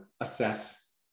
assess